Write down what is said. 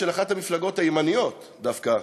של אחת המפלגות הימניות של הבית דווקא.